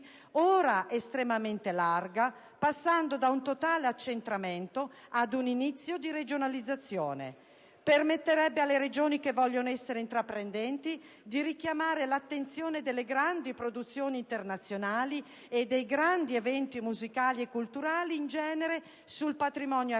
ora estremamente larga, passando da un totale accentramento ad un inizio di regionalizzazione; permetterebbe alle Regioni che vogliono essere intraprendenti di richiamare l'attenzione delle grandi produzioni internazionali e dei grandi eventi musicali e culturali in genere, sul patrimonio artistico